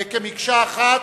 כמקשה אחת.